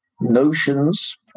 notions